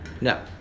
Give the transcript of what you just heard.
No